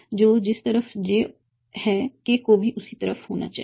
तो जिस भी तरफ j है k को भी उसी तरफ होना चाहिए